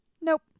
Nope